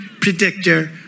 predictor